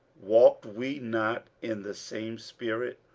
walked we not in the same spirit?